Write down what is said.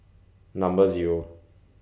Number Zero